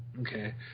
Okay